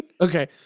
Okay